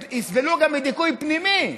יסבלו גם מדיכוי פנימי,